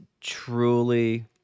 truly